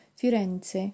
firenze